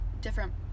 different